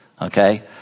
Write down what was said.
okay